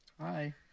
Hi